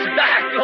back